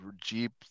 Jeep